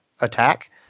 attack